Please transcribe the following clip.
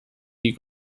die